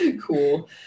Cool